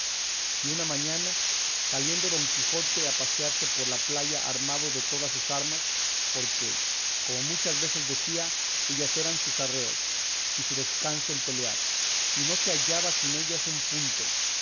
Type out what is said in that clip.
y una mañana saliendo don quijote a pasearse por la playa armado de todas sus armas porque como muchas veces decía ellas eran sus arreos y su descanso el pelear y no se hallaba sin ellas un punto